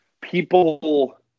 people